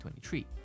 2023